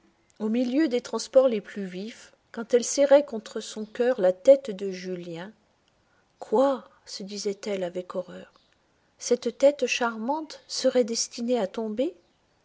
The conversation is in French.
au milieu des transports les plus vifs quand elle serrait contre son coeur la tête de julien quoi se disait-elle avec horreur cette tête charmante serait destinée à tomber